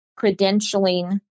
credentialing